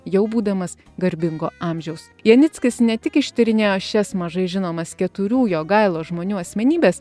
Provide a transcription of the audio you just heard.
jau būdamas garbingo amžiaus janickis ne tik ištyrinėjo šias mažai žinomas keturių jogailos žmonių asmenybes